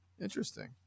Interesting